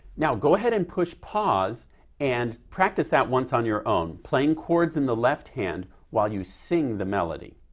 now go ahead and push pause and practice that once on your own playing chords in the left hand while you sing the melody.